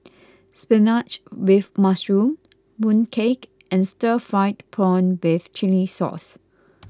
Spinach with Mushroom Mooncake and Stir Fried Prawn with Chili Sauce